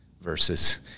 versus